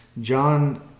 John